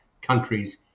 countries